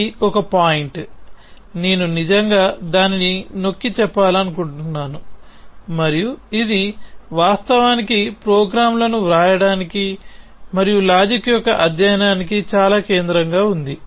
ఇది ఒక పాయింట్ నేను నిజంగా దానిని నొక్కిచెప్పాలనుకుంటున్నాను మరియు ఇది వాస్తవానికి ప్రోగ్రామ్లను వ్రాయడానికి మరియు లాజిక్ యొక్క అధ్యయనానికి చాలా కేంద్రంగా ఉంది